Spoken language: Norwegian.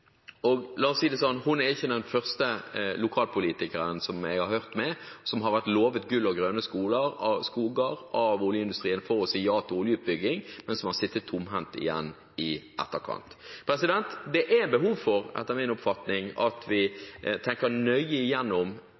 La oss si det sånn: Hun er ikke den første lokalpolitikeren som jeg har snakket med, som har blitt lovet gull og grønne skoger av oljeindustrien for å si ja til oljeutbygging, men som har sittet tomhendt igjen i etterkant. Det er behov for, etter min oppfatning, at vi tenker nøye igjennom